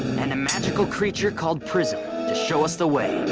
and a magical creature called prism to show us the way.